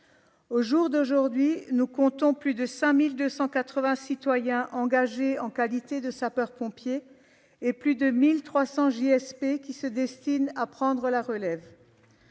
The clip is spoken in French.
À ce jour, nous comptons plus de 5 280 citoyens engagés en qualité de sapeurs-pompiers et plus de 1 300 JSP qui se destinent à prendre la relève.